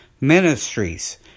Ministries